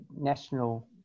National